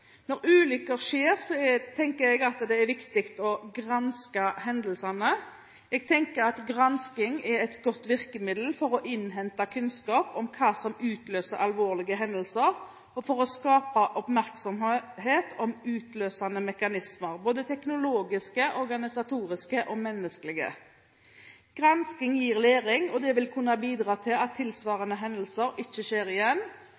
Når ulykker skjer, tenker jeg det er viktig å granske hendelsene. Jeg tenker at gransking er et godt virkemiddel for å innhente kunnskap om hva som utløser alvorlige hendelser, og for å skape oppmerksomhet om utløsende mekanismer – både teknologiske, organisatoriske og menneskelige. Gransking gir læring, og det vil kunne bidra til at tilsvarende hendelser ikke skjer igjen.